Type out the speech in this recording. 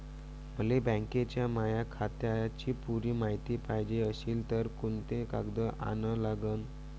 मले बँकेच्या माया खात्याची पुरी मायती पायजे अशील तर कुंते कागद अन लागन?